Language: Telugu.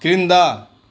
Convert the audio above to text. క్రింద